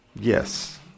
Yes